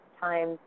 time